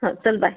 हो चल बाय